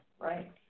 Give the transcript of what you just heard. right